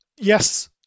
yes